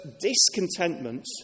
discontentment